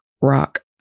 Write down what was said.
rock